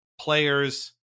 players